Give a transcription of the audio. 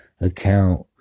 account